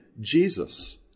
Jesus